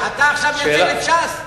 אתה עכשיו מייצג את ש"ס.